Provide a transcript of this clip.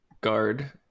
guard